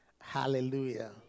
Hallelujah